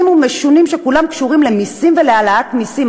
ומשונים שכולם קשורים למסים ולהעלאת מסים.